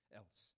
else